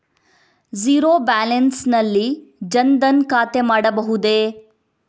Zero balance ನಲ್ಲಿ ಜನ್ ಧನ್ ಖಾತೆ ಮಾಡಬಹುದೇ?